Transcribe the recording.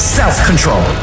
self-control